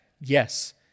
yes